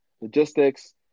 logistics